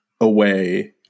away